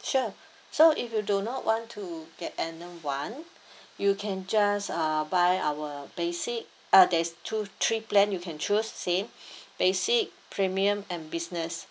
sure so if you do not want to get annum one you can just uh buy our basic uh there is two three plan you can choose same basic premium and business